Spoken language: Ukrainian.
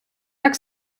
так